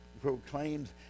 proclaims